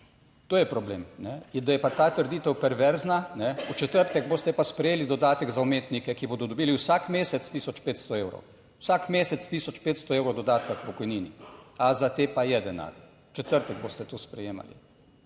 To je problem. Da je pa ta trditev perverzna. V četrtek boste pa sprejeli dodatek za umetnike, ki bodo dobili vsak mesec 1500 evrov, vsak mesec 1500 evrov dodatka k pokojnini. A za te pa je denar? **41. TRAK: (TB)